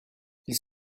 ils